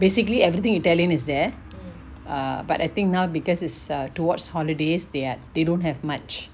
basically everything italian is there err but I think now because it's err towards holidays their they don't have much